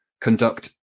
conduct